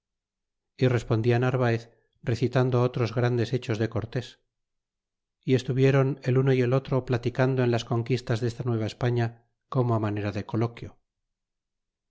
y respondia elarvaez recitando otros grandes hechos de cortés t y estuvieron el uno y el otro platicando en las conquistas des ta nueva españa como manera de coloquio